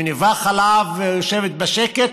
מניבה חלב ויושבת בשקט,